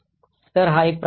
तर हा एक प्रकारचा हल्ला आहे